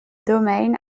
domain